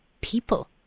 people